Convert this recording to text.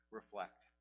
reflect